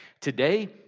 Today